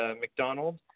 McDonald